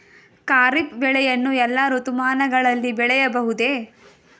ಖಾರಿಫ್ ಬೆಳೆಯನ್ನು ಎಲ್ಲಾ ಋತುಮಾನಗಳಲ್ಲಿ ಬೆಳೆಯಬಹುದೇ?